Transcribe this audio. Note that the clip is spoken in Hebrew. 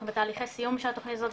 אנחנו בתהליכי סיום של התוכנית הזאת,